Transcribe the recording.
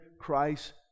Christ